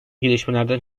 gelişmelerden